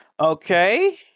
Okay